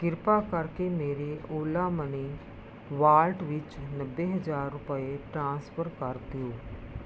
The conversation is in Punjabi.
ਕਿਰਪਾ ਕਰਕੇ ਮੇਰੇ ਓਲਾ ਮਨੀ ਵਾਲਟ ਵਿੱਚ ਨੱਬੇ ਹਜ਼ਾਰ ਰੁਪਏ ਟ੍ਰਾਂਸਫਰ ਕਰ ਦਿਓ